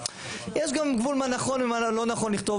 יש גם גבול מה נכון ומה לא נכון לכתוב